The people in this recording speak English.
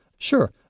Sure